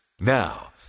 Now